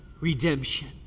redemption